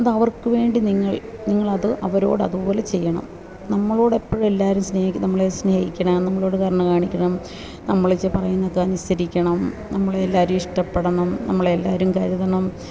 അത് അവർക്കു വേണ്ടി നിങ്ങൾ നിങ്ങളത് അവരോട് അതുപോലെ ചെയ്യണം നമ്മളോട് എപ്പോഴും എല്ലാവരും സ്നേഹിക്കുക നമ്മളെ സ്നേഹിക്കണം നമ്മളോടു കരുണ കാണിക്കണം നമ്മൾ പറയുന്നത് അനുസരിക്കണം നമ്മളെ എല്ലാവരും ഇഷ്ടപ്പെടണം നമ്മളെ എല്ലാവരും കരുതണം